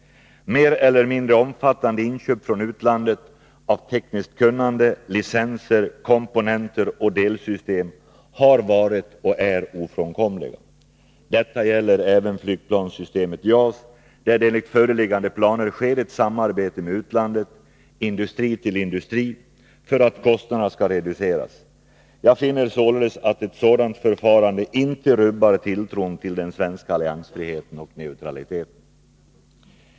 Mer eller mindre omfattande inköp från utlandet av tekniskt kunnande, licenser, komponenter och delsystem har varit och är ofrånkomliga. Detta gäller även för flygplanssystemet JAS där det enligt föreliggande planer sker ett samarbete med utlandet, industri till industri, för att kostnaderna skall reduceras. Jag finner således, att ett sådant förfarande i och för sig inte rubbar tilltron till den svenska alliansfriheten och neutraliteten.